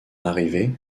arrivée